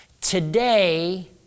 today